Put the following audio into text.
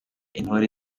intore